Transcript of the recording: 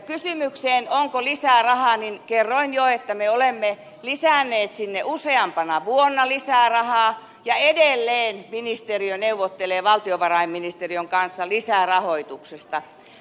kysymykseen onko lisää rahaa kerroin jo että me olemme lisänneet sinne useampana vuonna lisää rahaa ja edelleen ministeriö neuvottelee valtiovarainministeriön kanssa lisärahoituksesta